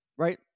right